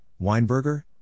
Weinberger